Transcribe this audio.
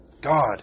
God